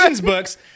books